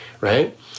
right